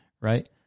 right